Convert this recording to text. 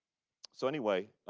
so anyway,